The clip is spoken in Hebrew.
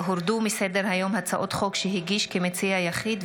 הורדו מסדר-היום הצעות חוק שהגיש כמציע יחיד,